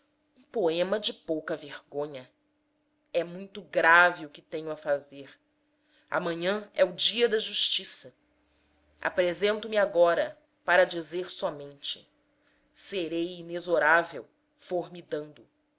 poema de pouca-vergonha é muito grave o que tenho a fazer amanhã é o dia da justiça apresento me agora para dizer somente serei inexorável